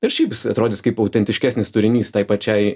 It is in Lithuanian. ir šiaip jisai atrodys kaip autentiškesnis turinys tai pačiai